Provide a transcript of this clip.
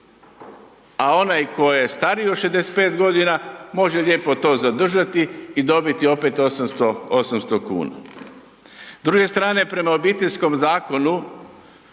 a onaj ko je stariji od 65 godina može lijepo to zadržati i dobiti opet 800 kuna. S druge strane prema Obiteljskom zakonu,